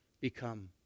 become